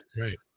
right